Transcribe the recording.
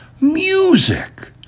music